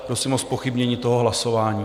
Prosím o zpochybnění tohoto hlasování.